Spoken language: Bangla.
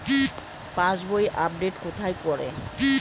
পাসবই আপডেট কোথায় করে?